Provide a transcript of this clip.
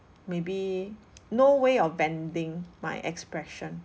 maybe no way of bending my expression